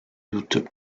douteux